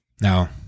Now